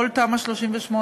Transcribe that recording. כל תמ"א 38,